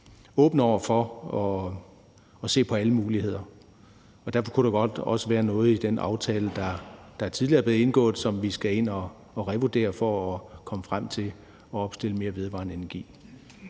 åbne over for at se på alle muligheder. Derfor kunne der også godt være noget i den aftale, der tidligere har været indgået, som vi skal ind og revurdere for at komme frem til at opstille mere vedvarende energi.